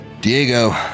Diego